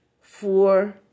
four